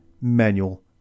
manual